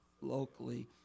locally